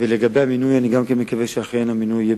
ומונה גם נאמן.